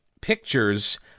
pictures